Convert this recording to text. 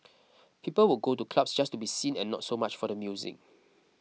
people would go to clubs just to be seen and not so much for the music